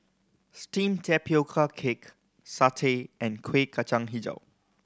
steamed tapioca cake satay and Kuih Kacang Hijau